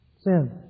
Sin